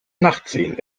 nachtsehen